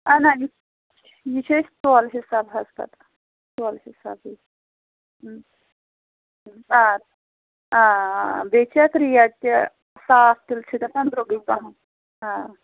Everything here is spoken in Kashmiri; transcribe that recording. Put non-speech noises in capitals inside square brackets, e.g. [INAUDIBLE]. اہن حظ یہِ [UNINTELLIGIBLE] یہِ چھِ أسۍ تولہٕ حسابہٕ حظ پَتہٕ تولہٕ حساب [UNINTELLIGIBLE] آ آ آ بیٚیہِ چھِ اَتھ ریٹ تہِ صاف تِلہٕ چھُ گَژھان درٛوٚگُے پَہَم آ